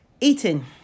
eating